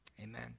amen